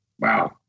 wow